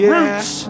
Roots